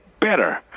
better